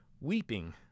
weeping